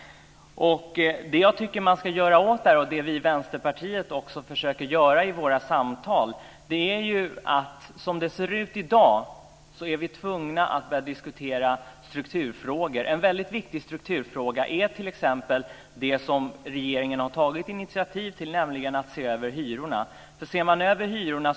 Som det ser ut i dag är vi tvungna att börja diskutera strukturfrågor. En väldigt viktig strukturfråga är t.ex. det som regeringen har tagit initiativ till, nämligen en översyn av hyrorna.